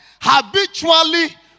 habitually